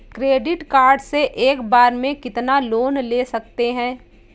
Credit card से एक बार में कितना लोन ले सकते हैं?